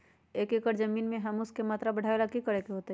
एक एकड़ जमीन में ह्यूमस के मात्रा बढ़ावे ला की करे के होतई?